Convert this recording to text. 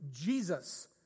Jesus